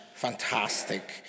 fantastic